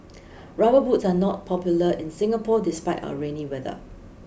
rubber boots are not popular in Singapore despite our rainy weather